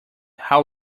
how